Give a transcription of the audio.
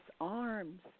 arms